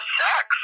sex